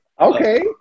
Okay